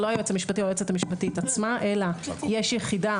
זה לא היועץ המשפטי או היועצת המשפטית עצמם אלא יש יחידה